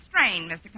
Mr